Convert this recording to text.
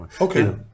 okay